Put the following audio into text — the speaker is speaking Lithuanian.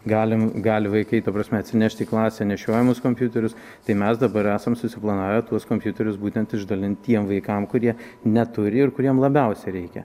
galim gali vaikai ta prasme atsinešti į klasę nešiojamus kompiuterius tai mes dabar esam susiplanavę tuos kompiuterius būtent išdalint tiem vaikam kurie neturi ir kuriem labiausiai reikia